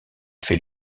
fait